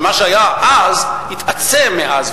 שמה שהיה אז התעצם מאז,